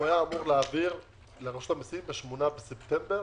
הוא היה אמור להעביר לרשות המסים ב-8 בספטמבר